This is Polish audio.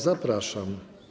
Zapraszam.